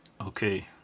Okay